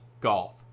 golf